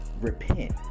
Repent